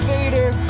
Vader